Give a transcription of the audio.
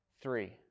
three